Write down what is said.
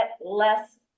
less